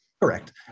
Correct